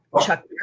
Chuck